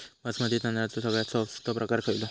बासमती तांदळाचो सगळ्यात स्वस्त प्रकार खयलो?